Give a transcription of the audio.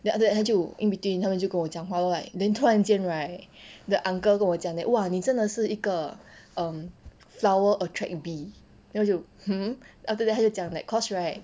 then after that 他就 in between 他们就跟我讲话 lor right then 突然间 right the uncle 跟我讲 like !wah! 你真的是一个 um flower attract bee then 我就 hmm after that 他就讲 like cause right